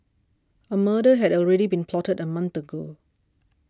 a murder had already been plotted a month ago